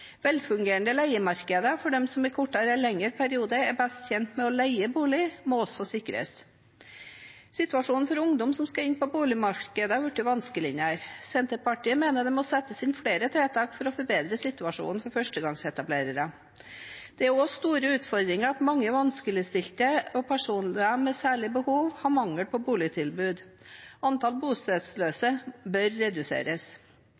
Velfungerende leiemarkeder for dem som i kortere eller lengre perioder er best tjent med å leie bolig, må også sikres. Situasjonen for ungdom som skal inn på boligmarkedet, er blitt vanskeligere. Senterpartiet mener det må settes inn flere tiltak for å forbedre situasjonen for førstegangsetablerere. Det er også en stor utfordring at mange vanskeligstilte og personer med særlige behov mangler boligtilbud.